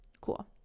Cool